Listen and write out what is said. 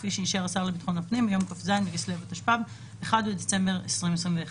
כפי שאישר השר לביטחון הפנים ביום כ"ז בכסלו התשפ"ב (1 בדצמבר 2021)."